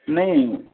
نہیں